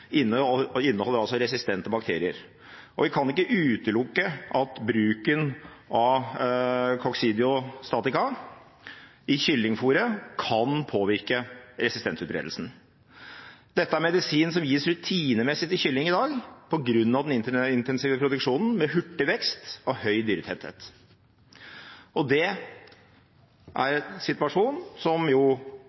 inneholder altså resistente bakterier, og vi kan ikke utelukke at bruken av koksidiostatika i kyllingfôret kan påvirke resistensutbredelsen. Dette er medisin som gis rutinemessig til kylling i dag på grunn av den intensive produksjonen med hurtig vekst og høy dyretetthet, og det er en situasjon som